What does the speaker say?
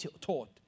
taught